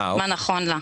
מה נכון לה.